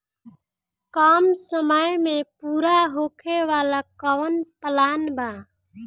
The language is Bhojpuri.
कम समय में पूरा होखे वाला कवन प्लान बा?